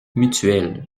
mutuelle